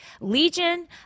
Legion